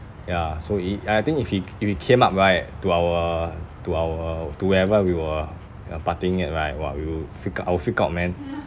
ya so he~ I I think if he if he came up right to our to our to wherever we were uh partying at right !wah! we will freak out I will freak out man